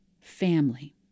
family